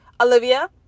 Olivia